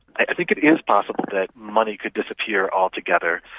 i think it is possible that money could disappear altogether,